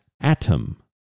Atom